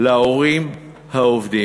להורים העובדים.